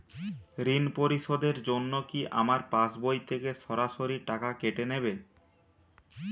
ঋণ পরিশোধের জন্য কি আমার পাশবই থেকে সরাসরি টাকা কেটে নেবে?